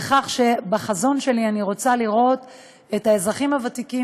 בחזון שלי אני רוצה לראות את האזרחים הוותיקים,